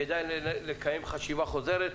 כדאי לקיים חשיבה חוזרת,